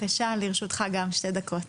לרשותך, שתי דקות.